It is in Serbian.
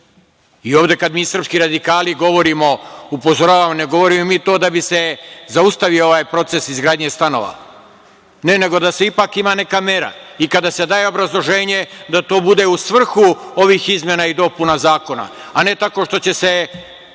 kada mi srpski radikali govorimo, upozoravamo, ne govorimo mi to da bi se zaustavio ovaj proces izgradnje stanova, ne nego da se ipak ima neka mera. I, kada se daje obrazloženje, da to bude u svrhu ovih izmena i dopuna zakona, a ne tako što će se